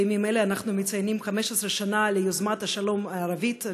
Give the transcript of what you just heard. בימים אלה אנחנו מציינים 15 שנה ליוזמת השלום הערבית,